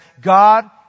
God